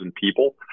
people